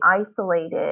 isolated